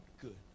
good